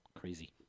Crazy